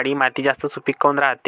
काळी माती जास्त सुपीक काऊन रायते?